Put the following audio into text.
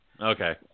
Okay